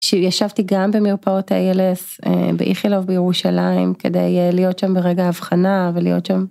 שישבתי גם במרפאות ה-ALS באיכילוב בירושלים כדי להיות שם ברגע ההבחנה ולהיות שם.